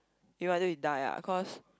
you rather you die ah cause